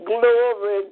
Glory